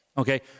Okay